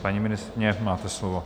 Paní ministryně, máte slovo.